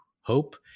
hope